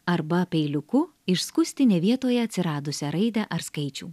arba peiliuku išskusti ne vietoje atsiradusią raidę ar skaičių